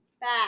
Back